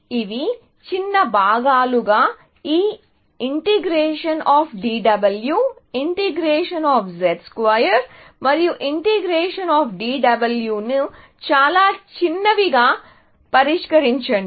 ఇవి చిన్న భాగాలు ఈ ∫ dw ∫ Z2 మరియు ∫ dw ను చాలా చిన్నవిగా పరిష్కరించండి